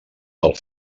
del